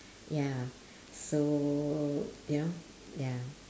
ya so you know ya